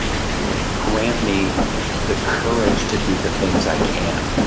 grant me the courage to do the things i can.